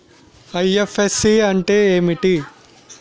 IFSC అంటే ఏమిటి?